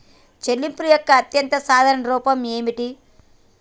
చెల్లింపు యొక్క అత్యంత సాధారణ రూపం ఏమిటి?